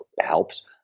helps